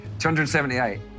278